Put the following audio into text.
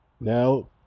now